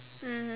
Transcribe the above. mmhmm